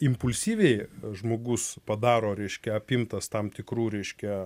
impulsyviai žmogus padaro reiškia apimtas tam tikrų reiškia